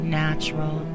natural